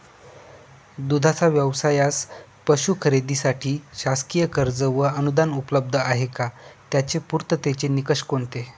दूधाचा व्यवसायास पशू खरेदीसाठी शासकीय कर्ज व अनुदान उपलब्ध आहे का? त्याचे पूर्ततेचे निकष कोणते?